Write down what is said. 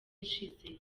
ishize